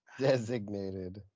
designated